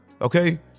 Okay